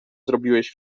zrobiłeś